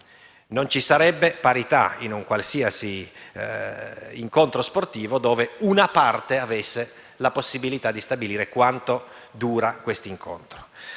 Non ci sarebbe parità in un qualsiasi incontro sportivo in cui una parte avesse la possibilità di stabilire quanto dura questo incontro.